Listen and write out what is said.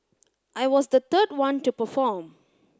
I was the third one to perform